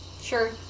Sure